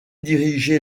dirigé